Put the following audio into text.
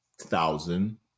thousand